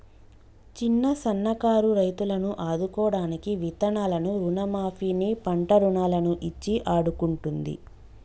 చిన్న సన్న కారు రైతులను ఆదుకోడానికి విత్తనాలను రుణ మాఫీ ని, పంట రుణాలను ఇచ్చి ఆడుకుంటుంది